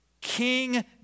King